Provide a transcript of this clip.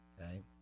Okay